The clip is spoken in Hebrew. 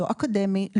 לא אקדמי,